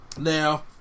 Now